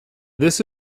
this